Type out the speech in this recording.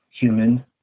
human